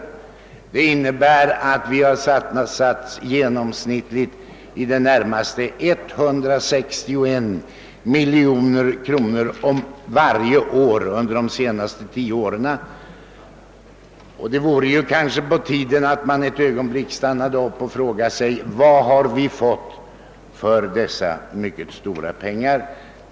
Det innebär att vi har satsat genomsnittligt i det närmaste 161 miljoner kronor varje år under de senaste tio åren. Det vore kanske på tiden att man ett ögon blick stannade och frågade sig: Vad har vi fått för dessa mycket stora anslagsbelopp?